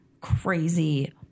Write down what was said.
crazy